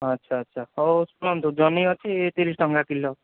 ଆଚ୍ଛା ଆଚ୍ଛା ହଉ ଶୁଣନ୍ତୁ ଜହ୍ନି ଅଛି ତିରିଶ ଟଙ୍କା କିଲୋ